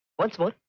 once more.